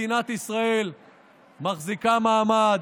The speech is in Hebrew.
מדינת ישראל מחזיקה מעמד